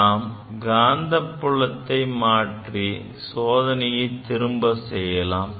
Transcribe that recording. நாம் காந்தப்புலத்தை மாற்றி சோதனையை திரும்ப செய்யலாம்